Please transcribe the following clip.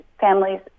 families